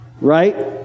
right